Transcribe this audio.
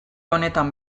honetan